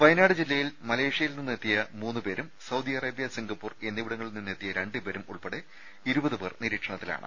വയനാട് ജില്ലയിൽ മലേ ഷ്യയിൽ നിന്നെത്തിയ മൂന്നുപേരും സൌദിഅറേബൃ സിംഗപ്പൂർ എന്നിവിട ങ്ങളിൽ നിന്നെത്തിയ രണ്ടുപേരും ഉൾപ്പെടെ ഇരുപത് പേർ നിരീക്ഷണത്തി ലാണ്